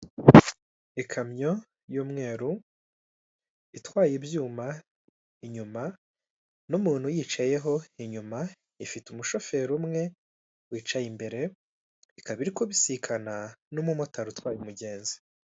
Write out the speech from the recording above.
Ikamyo y'umweru itwaye ibyuma inyuma, n'umuntu yicayeho inyuma, ifite umushoferi umwe wicaye imbere, ikaba iri kubisikana n'umumotari utwaye umugenzi.